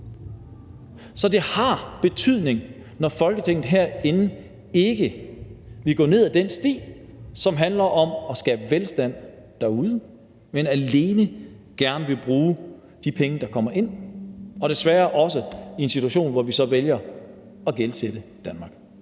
Så det har betydning, når Folketinget herinde ikke vil gå ned ad den sti, som handler om at skabe velstand derude, men alene gerne vil bruge de penge, der kommer ind, og desværre også i en situation, hvor vi så vælger at gældsætte Danmark.